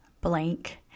blank